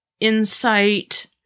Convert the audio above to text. insight